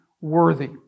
worthy